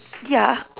ya